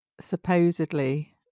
Supposedly